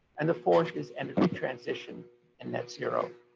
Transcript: and the fourth is energy transition and net zero.